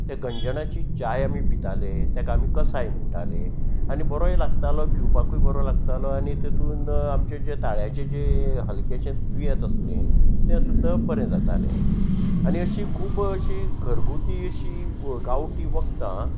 ते गंजणाची चाय आमी पिताले ताका आमी कसाय म्हणटाले आनी बरोय लागतालो पिवपाकूय बरो लागतालो आनी तेतून आमचे जे ताळ्याचे जे हलकेशें दुयेंत आसलें तें सुद्दां बरें जातालें आनी अशीं खूब अशीं घरगुती अशी गांवठी वखदां